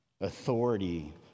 authority